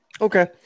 Okay